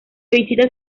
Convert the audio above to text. visita